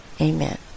Amen